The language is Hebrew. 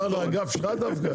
מסובך ועם הרבה